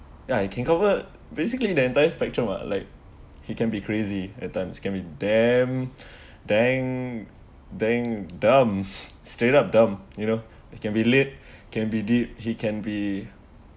ya he can cover basically the entire spectrum uh like he can be crazy at times can be them dang dang dumps straight up dumb you know it can be late it can be deep he can be